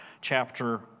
chapter